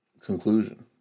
conclusion